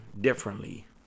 differently